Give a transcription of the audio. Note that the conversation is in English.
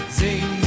sing